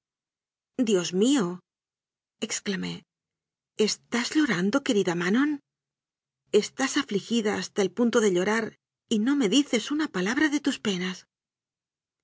grimas dios míoexclamé estás llorando querida manon estás afligida hasta el punto de llorar y no me dices una palabra de tus penas